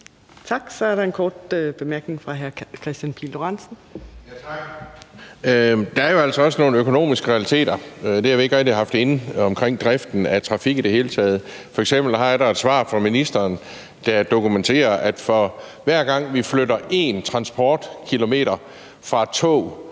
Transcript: Der er jo altså også nogle økonomiske realiteter. Det har vi ikke rigtig været inde på i forbindelse med driften af trafik i det hele taget. F.eks. har jeg et svar fra ministeren, der dokumenterer, at for hver gang vi flytter 1 transportkilometer fra